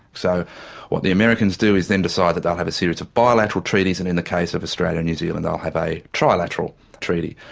so what the americans do is then decide that they'll have a series of bilateral treaties and in the case of australia-new zealand, they'll have a trilateral treaty.